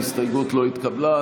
ההסתייגות לא התקבלה.